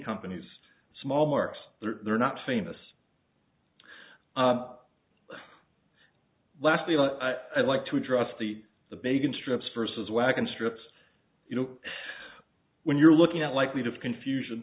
companies small markets they're not famous lastly i'd like to address the the bacon strips versus wagon strips you know when you're looking at likely to confusion